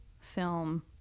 film